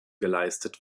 geleistet